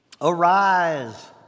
arise